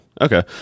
okay